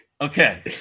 Okay